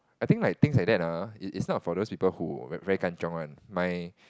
I think like things like that ah is is not for those people who very kanchiong one my